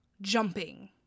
jumping